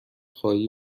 خواهی